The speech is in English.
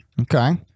Okay